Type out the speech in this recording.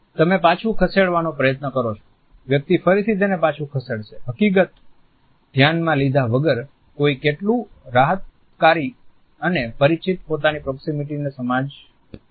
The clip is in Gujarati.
તમે પાછું ખસેડવા પ્રયત્ન કરો છો વ્યક્તિ ફરીથી તેને પછુ ખસેડશે હકીકત ધ્યાનમાં લીધા વગર કોઈ કેટલું રાહત્કારી અને પરિચિત પોતાની પ્રોક્સિમીટીની સમાજમાં હોય છે